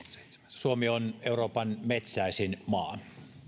suomi on euroopan metsäisin maa